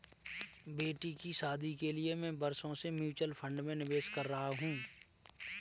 बेटी की शादी के लिए मैं बरसों से म्यूचुअल फंड में निवेश कर रहा हूं